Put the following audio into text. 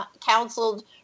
counseled